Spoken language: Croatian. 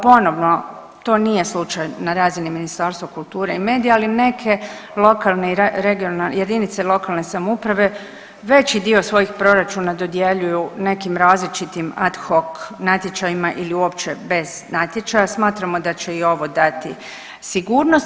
Ponovno, to nije slučaj na razini Ministarstva kulture i medija, ali neke jedinice lokalne samouprave veći dio svojih proračuna dodjeljuju nekim različitim ad hoc natječajima ili uopće bez natječaja, smatramo da će i ovo dati sigurnost.